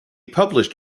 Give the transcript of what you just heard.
published